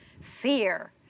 fear